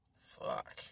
Fuck